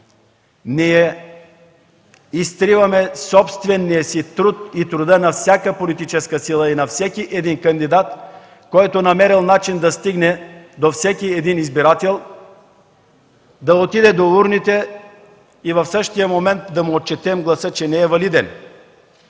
Ние изтриваме собствения си труд, труда на всяка политическа сила и на всеки кандидат, който е намерил начин да стигне до всеки избирател, да отиде до урните и в същия момент да се отчете, че гласът му не е валиден.